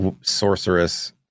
Sorceress